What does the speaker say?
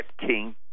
king